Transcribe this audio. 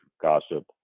gossip